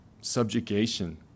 subjugation